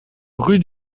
rue